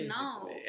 No